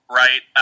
right